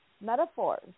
Metaphors